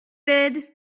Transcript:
did